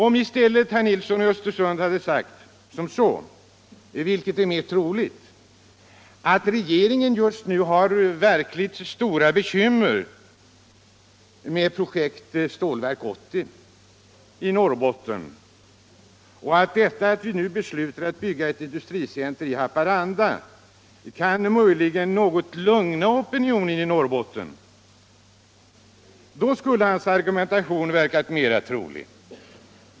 Om i stället herr Nilsson i Östersund sagt att — vilket är mera troligt — regeringen just nu har verkligt stora bekymmer med projektet Stålverk 80 i Norrbotten och att detta att vi nu beslutar att bygga ett industricentrum i Haparanda möjligen kan något lugna opinionen i Norrbotten, så skulle hans argumentation ha verkat mera övertygande.